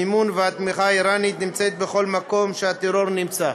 המימון והתמיכה האיראנים נמצאים בכל מקום שהטרור נמצא.